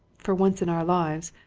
for once in our lives,